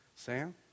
Sam